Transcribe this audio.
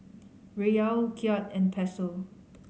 Riyal Kyat and Peso